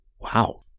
Wow